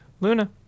Luna